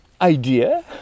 idea